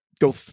go